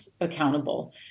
accountable